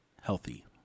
healthy